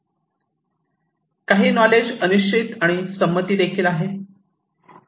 काही नॉलेज अनिश्चित आणि संमती देखील आहे